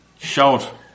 Shout